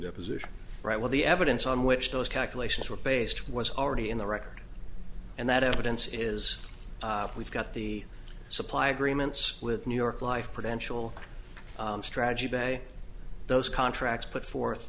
deposition right well the evidence on which those calculations were based was already in the record and that evidence is we've got the supply agreements with new york life potential strategy bay those contracts put forth